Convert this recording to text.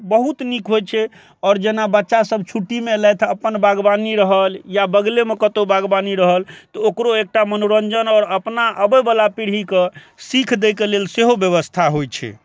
बहुत नीक होइ छै आओर जेना बच्चा सब छुट्टीमे अयलथि अपन बागवानी रहल या बगलेमे कतौ बागवानी रहल तऽ ओकरो एकटा मनोरञ्जन आओर अपना अबैवला पीढ़ीके सीख दै के लेल सेहो व्यवस्था होइ छै